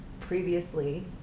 previously